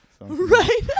Right